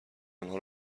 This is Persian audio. آنها